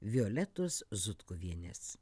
violetos zutkuvienės